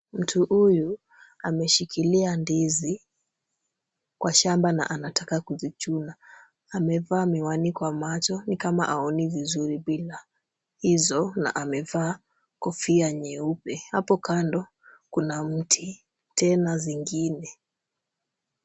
Mtu huyu ameshikilia ndizi kwa shamba na anataka kuzichuna. Amevaa miwani kwa macho ni kama haoni vizuri bila hizo na amevaa kofia nyeupe. Hapo kando kuna mti tena zingine.